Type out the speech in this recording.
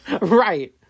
Right